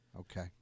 okay